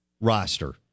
roster